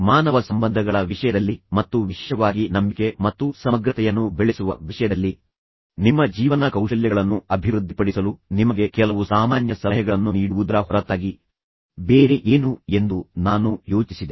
ಮಾನವ ಸಂಬಂಧಗಳ ವಿಷಯದಲ್ಲಿ ಮತ್ತು ವಿಶೇಷವಾಗಿ ನಂಬಿಕೆ ಮತ್ತು ಸಮಗ್ರತೆಯನ್ನು ಬೆಳೆಸುವ ವಿಷಯದಲ್ಲಿ ನಿಮ್ಮ ಜೀವನ ಕೌಶಲ್ಯಗಳನ್ನು ಅಭಿವೃದ್ಧಿಪಡಿಸಲು ನಿಮಗೆ ಕೆಲವು ಸಾಮಾನ್ಯ ಸಲಹೆಗಳನ್ನು ನೀಡುವುದರ ಹೊರತಾಗಿ ಬೇರೆ ಏನು ಎಂದು ನಾನು ಯೋಚಿಸಿದೆ